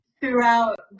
throughout